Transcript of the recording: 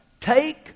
take